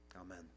amen